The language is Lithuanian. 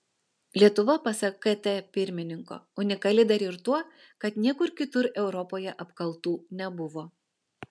lietuva pasak kt pirmininko unikali dar ir tuo kad niekur kitur europoje apkaltų nebuvo